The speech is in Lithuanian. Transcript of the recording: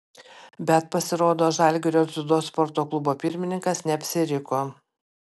bet pasirodo žalgirio dziudo sporto klubo pirmininkas neapsiriko